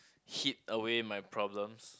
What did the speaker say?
hit away my problems